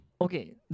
okay